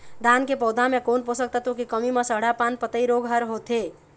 धान के पौधा मे कोन पोषक तत्व के कमी म सड़हा पान पतई रोग हर होथे?